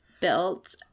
built